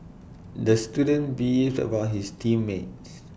the student beefed about his team mates